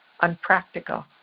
unpractical